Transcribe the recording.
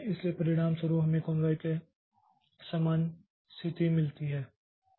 इसलिए परिणामस्वरूप हमें कॉन्वाय के समान स्थिति मिलती है